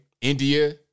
India